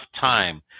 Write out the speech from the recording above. time